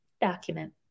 document